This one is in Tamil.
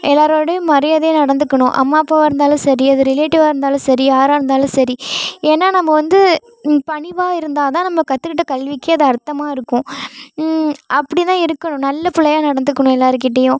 எல்லாரோடயும் மரியாதையாக நடந்துக்கணும் அம்மா அப்பாவாக இருந்தாலும் சரி அது ரிலேட்டிவாக இருந்தாலும் சரி யாராக இருந்தாலும் சரி ஏன்னா நம்ம வந்து பணிவாக இருந்தால் தான் நம்ம கற்றுக்கிட்ட கல்விக்கு அது அர்த்தமாக இருக்கும் அப்படி தான் இருக்கணும் நல்ல பிள்ளையா நடந்துக்கணும் எல்லாருக்கிட்டயும்